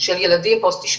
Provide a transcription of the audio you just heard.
של ילדים פוסט אשפוזיים.